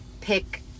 pick